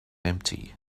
empty